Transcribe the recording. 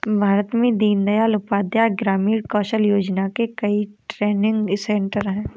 भारत में दीन दयाल उपाध्याय ग्रामीण कौशल योजना के कई ट्रेनिंग सेन्टर है